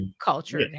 culture